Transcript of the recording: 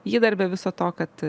ji dar be viso to kad